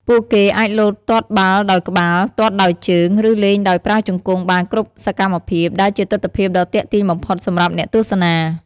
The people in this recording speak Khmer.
ពួកគេអាចលោតទាត់បាល់ដោយក្បាល ទាត់ដោយជើង ឬលេងដោយប្រើជង្គង់បានគ្រប់សកម្មភាពដែលជាទិដ្ឋភាពដ៏ទាក់ទាញបំផុតសម្រាប់អ្នកទស្សនា។